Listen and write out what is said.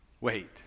wait